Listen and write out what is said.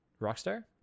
rockstar